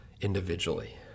individually